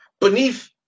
Beneath